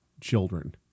children